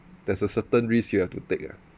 there's a certain risk you have to take ah